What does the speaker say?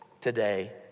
Today